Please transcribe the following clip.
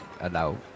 allow